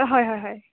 হয় হয় হয়